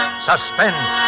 suspense